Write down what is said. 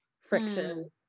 friction